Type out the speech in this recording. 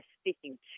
speaking